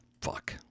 Fuck